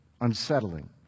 unsettling